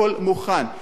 הכול מוכן.